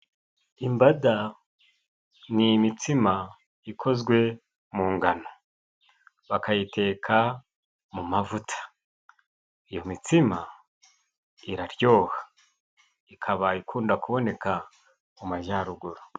Imbada ni imitsima ikozwe mu ngano. Bakayiteka mu mavuta. Iyo mitsima iraryoha. Ikaba ikunda kuboneka mu majyaruguru.